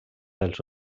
dels